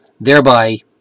thereby